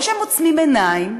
או שהם עוצמים עיניים,